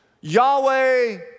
Yahweh